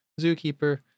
Zookeeper